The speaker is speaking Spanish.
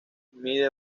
mide